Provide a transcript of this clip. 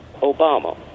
Obama